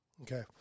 Okay